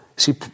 See